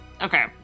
Okay